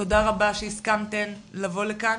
תודה רבה שהסכמתן לבוא לכאן.